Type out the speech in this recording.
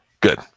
Good